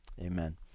Amen